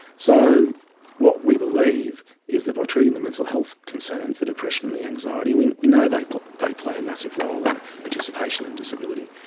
so what we believe is that we are treating the mental health concerns, the depression and the anxiety, we we know they they play a massive role in participation and disability,